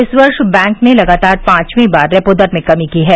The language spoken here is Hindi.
इस वर्ष बैंक ने लगातार पांचवीं बार रेपो दर में कमी की है